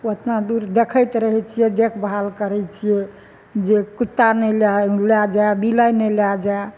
ओतना दूर देखैत रहै छियै देखभाल करै छियै जे कुत्ता नहि लए लए जाए बिलाइ नहि लए जाए